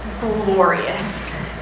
glorious